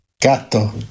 Gatto